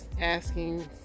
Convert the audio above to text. asking